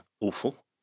awful